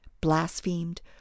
blasphemed